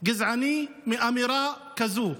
גזעני מאמירה כזאת.